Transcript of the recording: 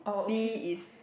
B is